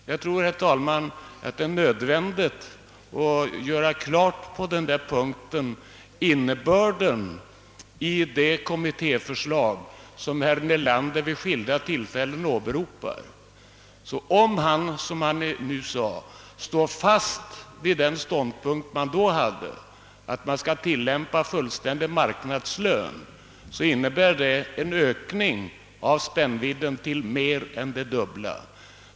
Jag tror, herr talman, att det på den punkten är nödvändigt att klargöra innebörden i det kommittéförslag som herr Nelander vid skilda tillfällen åbero pat. Om han, som han nu sade, står fast vid den ståndpunkt han då hade, att man skall tillämpa fullständig marknadslön, innebär det en ökning av spännvidden till mer än det dubbla.